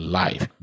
life